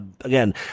again